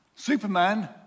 Superman